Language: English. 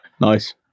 Nice